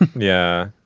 yeah,